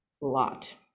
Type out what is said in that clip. lot